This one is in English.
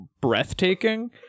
breathtaking